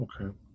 Okay